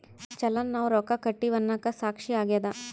ಚಲನ್ ನಾವ್ ರೊಕ್ಕ ಕಟ್ಟಿವಿ ಅನ್ನಕ ಸಾಕ್ಷಿ ಆಗ್ಯದ